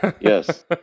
yes